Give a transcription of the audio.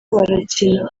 barakina